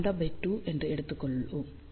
λ2 என எடுத்துள்ளோம்